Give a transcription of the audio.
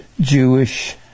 Jewish